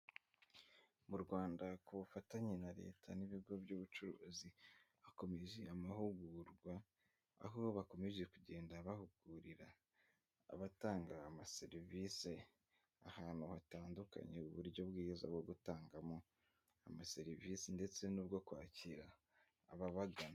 Mu Rwanda ku bufatanye na leta n'ibigo by'ubucuruzi, bakomeje amahugurwa aho bakomeje kugenda bahugurira, abatanga amaserivisi ahantu hatandukanye uburyo bwiza bwo gutangamo amaserivisi ndetse n'ubwo kwakira ababagana.